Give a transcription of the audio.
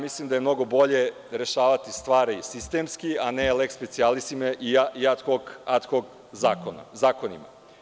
Mislim da je mnogo bolje rešavati stvari sistemski, a ne leks specijalis i ad hok zakonima.